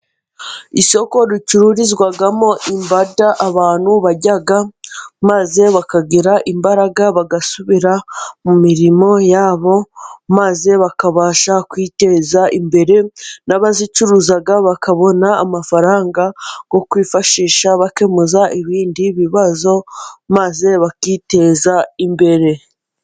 Isoko ricururizwamo imbada abantu barya, maze bakagira imbaraga bagasubira mu mirimo yab,o maze bakabasha kwiteza imbere, n'abazicuruza bakabona amafaranga yo kwifashisha bakemura ibindi bibazo, maze bakiteza imbere.